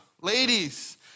Ladies